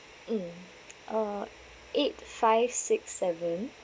mm uh eight five six seven